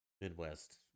Midwest